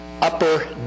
upper